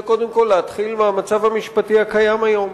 קודם כול להתחיל מהמצב המשפטי הקיים היום.